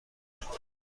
گشود